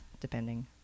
depending